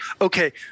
okay